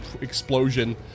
explosion